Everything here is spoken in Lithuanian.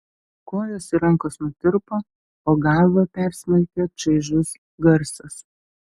kojos ir rankos nutirpo o galvą persmelkė čaižus garsas